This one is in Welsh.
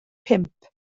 pump